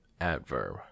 Adverb